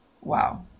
wow